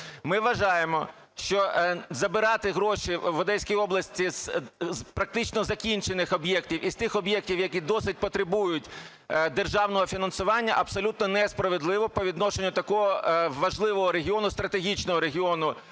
Ми вважаємо, що забирати гроші в Одеській області з практично закінчених об'єктів і з тих об'єктів, які досі потребують державного фінансування, абсолютно несправедливо по відношенню до такого важливого регіону, стратегічного регіону